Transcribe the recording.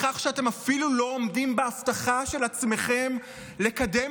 בכך שאתם אפילו לא עומדים בהבטחה של עצמכם לקדם